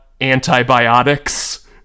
antibiotics